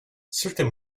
certain